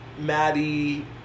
Maddie